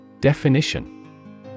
Definition